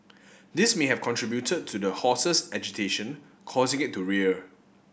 this may have contributed to the horse's agitation causing it to rear